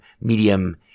medium